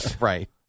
Right